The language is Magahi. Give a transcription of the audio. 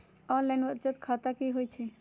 ऑनलाइन बचत खाता की होई छई?